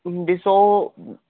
ॾिसो